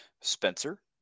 Spencer